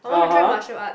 (uh huh)